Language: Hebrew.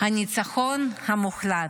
הניצחון המוחלט.